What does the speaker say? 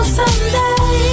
someday